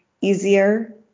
easier